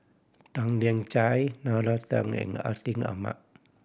Tan Lian Chye Nalla Tan and Atin Amat